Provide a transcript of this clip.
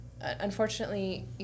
unfortunately